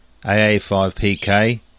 AA5PK